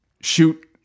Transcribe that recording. shoot